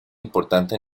importante